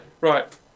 Right